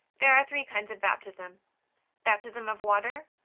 there are three kinds of baptism baptism of water,